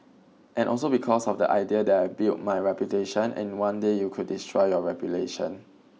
and also because of the idea that I've built my reputation and in one day you could destroy your reputation